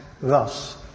thus